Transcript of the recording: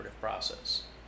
process